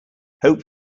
hope